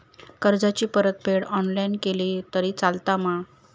कर्जाची परतफेड ऑनलाइन केली तरी चलता मा?